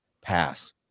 pass